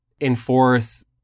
enforce